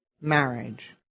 marriage